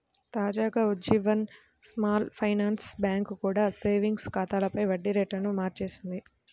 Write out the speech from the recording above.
తాజాగా Ujjivan small finance bank కూడా savings ఖాతాలపై వడ్డీ రేట్లను మార్చేసింది